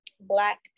black